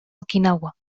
okinawa